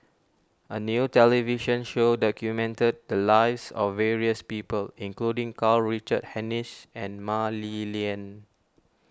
a new television show documented the lives of various people including Karl Richard Hanitsch and Mah Li Lian